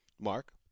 Mark